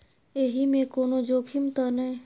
एहि मे कोनो जोखिम त नय?